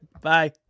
bye